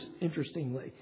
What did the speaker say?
interestingly